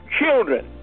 children